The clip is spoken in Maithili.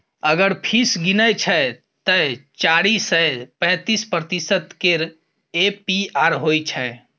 अगर फीस गिनय छै तए चारि सय पैंतीस प्रतिशत केर ए.पी.आर होइ छै